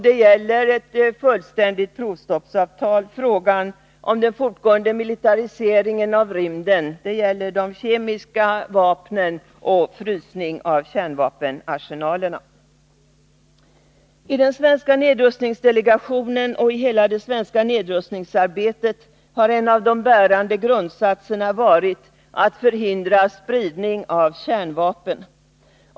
De gäller ett fullständigt provstoppsavtal, frågan om den fortgående militariseringen av rymden, de kemiska vapnen och frågan om frysning av kärnvapenarsenalerna. I den svenska nedrustningsdelegationen och i hela det svenska nedrustningsarbetet har en av de bärande grundsatserna varit att förhindra spridning av kärnvapen.